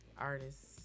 artists